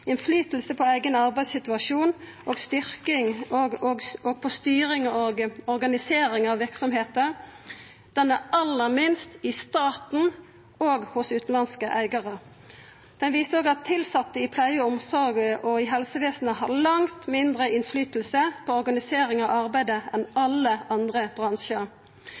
Påverknaden på eigen arbeidssituasjon og på styring og organisering av verksemda er aller minst i staten og hos utanlandske eigarar. Barometeret viste òg at tilsette innan pleie og omsorg og i helsevesenet har langt mindre påverknad på organisering av arbeidet enn i alle andre